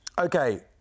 Okay